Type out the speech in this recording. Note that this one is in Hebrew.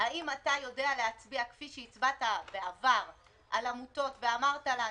האם אתה יודע להצביע כפי שהצבעת בעד על עמותות ואמרת לנו,